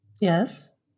Yes